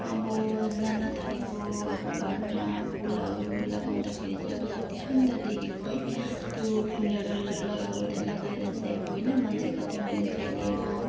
अब नानाथरीको अब घरमा फुलहरू लगाउँदाखेरि चाहिँ अब कति सुन्दर देखेको है त्यो फुलहरू लगाउँदै लगाएर चाहिँ अब होइन मान्छे कति मान्छेले अब